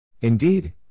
Indeed